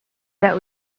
that